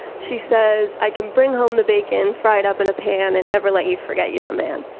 she says i can bring home the bacon, fry it up in a pan and never let you forget you're a man.